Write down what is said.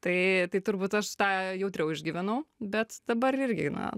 tai tai turbūt aš tą jautriau išgyvenau bet dabar irgi na